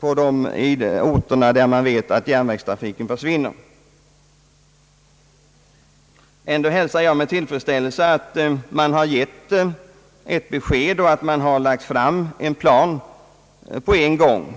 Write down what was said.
på de orter där befolkningen vet att järnvägstrafiken försvinner. Ändå hälsar jag med tillfredsställelse att man har gett ett besked och att man lagt fram en plan på en gång.